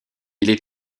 était